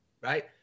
right